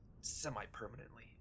Semi-permanently